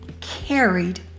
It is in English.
carried